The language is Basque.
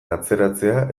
atzeratzea